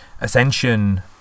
Ascension